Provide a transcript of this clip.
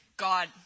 God